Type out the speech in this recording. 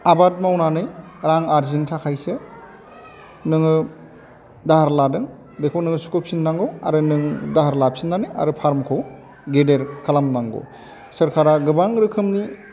आबाद मावनानै रां आरजिनो थाखायसो नोङो दाहार लादों बेखौ नोङो सुख'फिननांगौ आरो नों दाहार लाफिननानै आरो फार्मखौ गेदेर खालामनांगौ सरकारा गोबां रोखोमनि